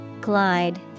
Glide